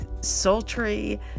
sultry